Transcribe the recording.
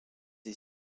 est